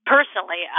Personally